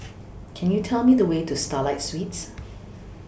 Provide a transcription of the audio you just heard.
Can YOU Tell Me The Way to Starlight Suites